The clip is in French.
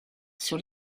sur